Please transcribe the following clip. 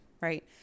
right